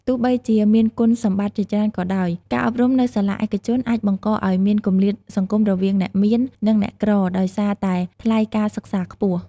ទោះបីជាមានគុណសម្បត្តិជាច្រើនក៏ដោយ ការអប់រំនៅសាលាឯកជនអាចបង្កឱ្យមានគម្លាតសង្គមរវាងអ្នកមាន និងអ្នកក្រដោយសារតែថ្លៃការសិក្សាខ្ពស់។